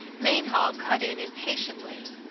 mainhall cut in impatiently.